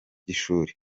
by’ishuri